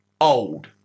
old